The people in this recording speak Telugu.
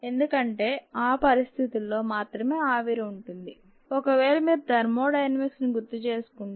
ఎందుకంటే ఆ పరిస్థితుల్లో మాత్రమే ఆవిరి ఉంటుంది ఒకవేళ మీరు థర్మోడైనమిక్స్ ని గుర్తుచేసుకుంటే